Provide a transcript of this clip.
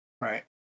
right